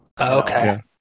Okay